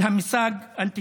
שלוש דקות מעבר